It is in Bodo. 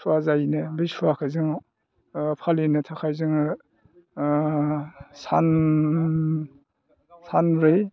सुवा जायोनो बे सुवाखौ जोङो फालिनो थाखाय जोङो सानब्रै